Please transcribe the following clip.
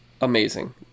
amazing